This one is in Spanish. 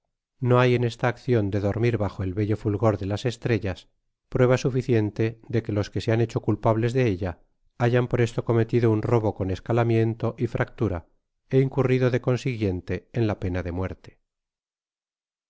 no hay en esta accion de dormir bajo el bello fulgor de las estrellas prueba suficiente de que los que se han hecho culpables de ella hayan por esto cometido un robo con escalamiento y fractura é incurrido de consiguiente en la pena de muerte